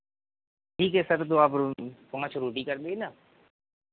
ठीक है सर तो आप पाँच रोटी कर देना